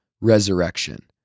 resurrection